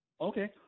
Okay